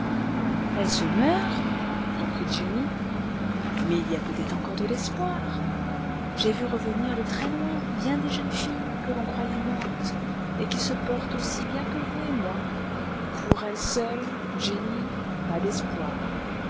elle se meurt reprit jenny mais il y a peut-être encore de l'espoir j'ai vu revenir de très-loin bien des jeunes filles que l'on croyait mortes et qui se portent aussi bien que vous et moi pour elle seule jenny pas d'espoir